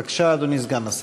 בבקשה, אדוני סגן השר.